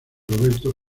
roberto